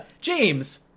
James